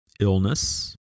illness